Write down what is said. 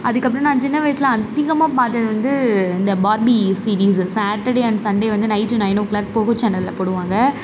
அதுக்கப்புறம் நான் சின்ன வயசில் அதிகமாக பார்த்தது வந்து இந்த Barbie series Saturday and Sunday வந்து நைட்டு நயன் ஓ க்ளாக் வந்து போகோ சேனலில் போடுவாங்க